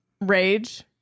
rage